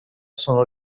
sono